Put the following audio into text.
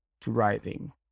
Driving